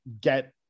get